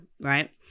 right